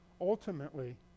ultimately